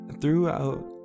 throughout